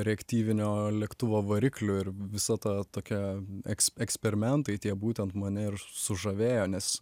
reaktyvinio lėktuvo variklių ir visa ta tokia eks eksperimentai tie būtent mane ir sužavėjo nes